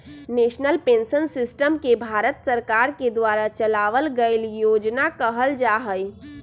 national pension system के भारत सरकार के द्वारा चलावल गइल योजना कहल जा हई